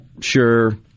sure